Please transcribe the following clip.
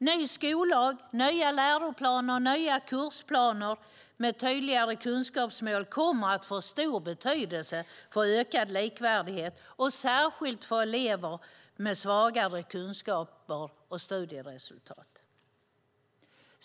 Ny skollag, nya läroplaner, nya kursplaner med tydligare kunskapsmål kommer att få stor betydelse för ökad likvärdighet, och särskilt för elever med svagare kunskaper och studieresultat.